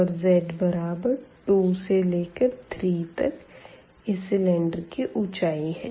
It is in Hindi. और z बराबर 2 से लेकर 3 तक इस सिलेंडर की ऊंचाई है